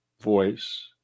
voice